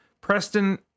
Preston